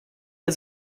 der